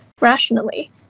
rationally